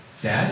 Dad